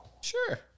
Sure